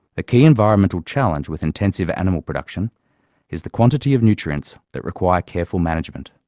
the key environmental challenge with intensive animal production is the quantity of nutrients that require careful management.